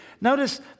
Notice